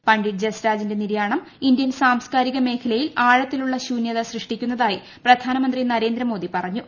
പണ്ഡിറ്റ് ജസ്രാജിന്റെ നിര്യാണം ഇന്ത്യൻ സാംസ്കാരിക മേഖലയിൽ ആഴത്തിലുള്ള ശൂന്യത സൃഷ്ടിക്കുന്നതായി പ്രധാനമന്ത്രി നരേന്ദ്രമോദി പറഞ്ഞു